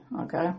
okay